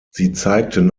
zeigten